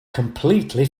completely